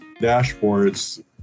dashboards